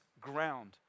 ground